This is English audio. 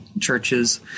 churches